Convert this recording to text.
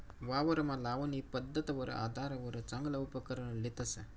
वावरमा लावणी पध्दतवर आधारवर चांगला उपकरण लेतस